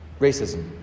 racism